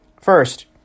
First